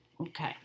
Okay